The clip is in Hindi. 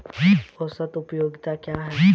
औसत उपयोगिता क्या है?